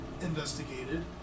investigated